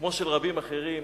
כמו של רבים אחרים,